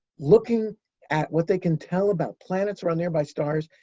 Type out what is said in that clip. looking at what they can tell about planets around nearby stars,